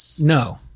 No